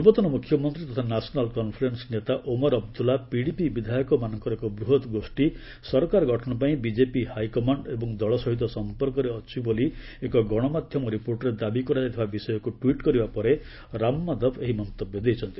ପୂର୍ବତନ ମୁଖ୍ୟମନ୍ତ୍ରୀ ତଥା ନ୍ୟାସନାଲ୍ କନ୍ଫରେନ୍ସ ନେତା ଓମାର ଅବଦୁଲ୍ଲା ପିଡିପି ବିଧାୟକମାନଙ୍କର ଏକ ବୂହତ୍ ଗୋଷୀ ସରକାର ଗଠନପାଇଁ ବିଜେପି ହାଇକମାଣ୍ଡ ଏବଂ ଦଳ ସହିତ ସମ୍ପର୍କରେ ଅଛନ୍ତି ବୋଲି ଏକ ଗଣମାଧ୍ୟମ ରିପୋର୍ଟରେ ଦାବି କରାଯାଇଥିବା ବିଷୟକୁ ଟ୍ୱିଟ୍ କରିବା ପରେ ରାମମାଧବ ଏହି ମନ୍ତବ୍ୟ ଦେଇଛନ୍ତି